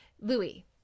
Louis